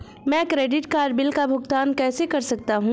मैं credit card bill का भुगतान कैसे कर सकता हूं?